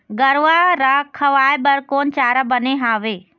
गरवा रा खवाए बर कोन चारा बने हावे?